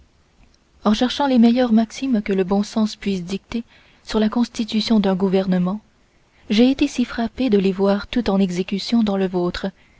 en recherchant les meilleures maximes que le bon sens puisse dicter sur la constitution d'un gouvernement j'ai été si frappé de les voir toutes en exécution dans le vôtre